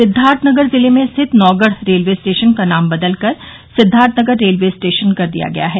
सिद्वार्थनगर जिले में स्थित नौगढ़ रेलवे स्टेशन का नाम बदल कर सिद्वार्थनगर रेलवे स्टेशन कर दिया गया है